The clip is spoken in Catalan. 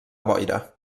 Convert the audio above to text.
boira